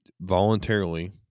voluntarily